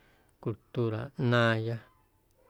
Cultura ꞌnaaⁿya.